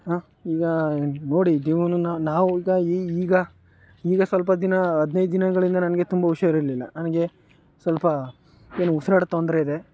ಹಾಂ ಈಗ ನೋಡಿ ಜೀವನನ ನಾವು ಈಗ ಈಗ ಈಗ ಸ್ವಲ್ಪ ದಿನ ಹದ್ನೈದು ದಿನಗಳಿಂದ ನನಗೆ ತುಂಬ ಹುಷಾರಿರಲಿಲ್ಲ ನನಗೆ ಸ್ವಲ್ಪ ಏನು ಉಸ್ರಾಟದ ತೊಂದರೆ ಇದೆ